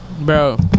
bro